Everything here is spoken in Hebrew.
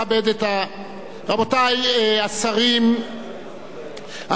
רבותי השרים המשנים לראש הממשלה,